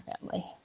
family